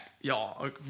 y'all